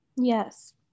Yes